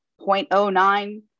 0.09